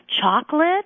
chocolate